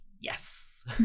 Yes